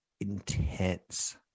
intense